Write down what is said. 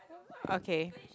okay